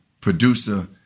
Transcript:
producer